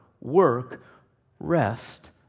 work-rest